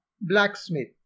Blacksmith